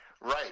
Right